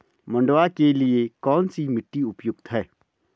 मंडुवा के लिए कौन सी मिट्टी उपयुक्त है?